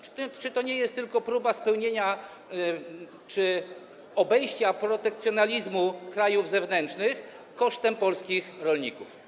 Czy to nie jest tylko próba spełnienia czy obejścia protekcjonalizmu krajów zewnętrznych kosztem polskich rolników?